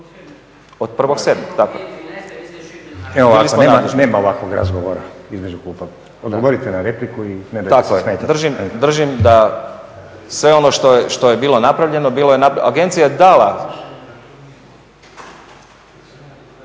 Nenad (SDP)** E ovako, nema ovakvog razgovora. Odgovorite na repliku i ne dajte se smetati. **Cerovac, Mladen** Držim da sve ono što je bilo napravljeno, agencija je dala